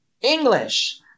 English